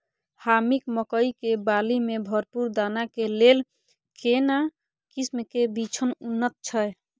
हाकीम मकई के बाली में भरपूर दाना के लेल केना किस्म के बिछन उन्नत छैय?